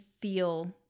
feel